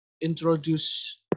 introduce